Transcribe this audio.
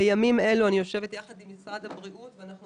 בימים אלו אני יושבת יחד עם משרד הבריאות ואנחנו